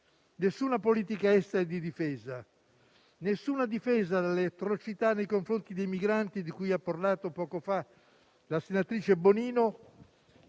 Nessuna politica estera e di difesa; nessuna difesa dalle atrocità nei confronti dei migranti, di cui ha parlato poco fa la senatrice Bonino,